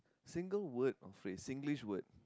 single word of a Singlish word